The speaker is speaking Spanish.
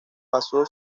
pasó